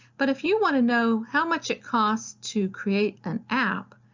but if you want to know how much it costs to create an app,